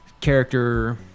character